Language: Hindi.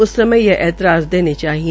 उस समय यह ऐतराज देने चाहिए